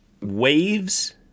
waves